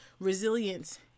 Resilience